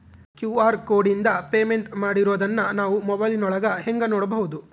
QR ಕೋಡಿಂದ payment ಮಾಡಿರೋದನ್ನ ನಾವು ಮೊಬೈಲಿನೊಳಗ ಹೆಂಗ ನೋಡಬಹುದು?